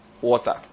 water